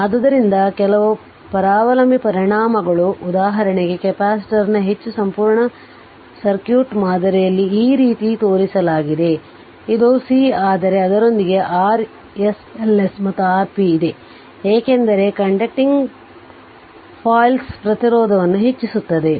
ಆದ್ದರಿಂದ ಕೆಲವು ಪರಾವಲಂಬಿ ಪರಿಣಾಮಗಳು ಉದಾಹರಣೆಗೆ ಕೆಪಾಸಿಟರ್ನ ಹೆಚ್ಚು ಸಂಪೂರ್ಣ ಸರ್ಕ್ಯೂಟ್ ಮಾದರಿಯಲ್ಲಿ ಈ ರೀತಿ ತೋರಿಸಲಾಗಿದೆ ಇದು C ಆದರೆ ಅದರೊಂದಿಗೆ Rs Ls ಮತ್ತು Rp ಇದೆ ಏಕೆಂದರೆ ಕಂಡಕ್ಟಿಂಗ್ ಫಾಯಿಲ್ಗಳು ಪ್ರತಿರೋಧವನ್ನು ಹೆಚ್ಚಿಸುತ್ತದೆ